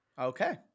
Okay